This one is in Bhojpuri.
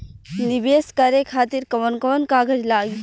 नीवेश करे खातिर कवन कवन कागज लागि?